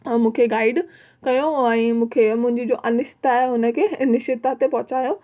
मूंखे गाइड कयो ऐं मूंखे मुंहिंजी जो अनिष्ता आहे उन खे निषिता ते पहुचायो